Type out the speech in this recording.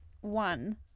One